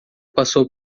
passou